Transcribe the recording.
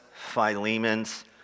Philemon's